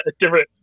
different